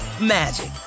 magic